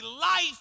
life